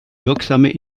wirksame